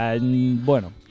Bueno